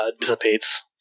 dissipates